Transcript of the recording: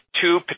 two